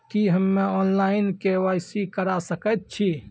की हम्मे online, KYC करा सकैत छी?